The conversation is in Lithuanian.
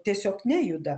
tiesiog nejuda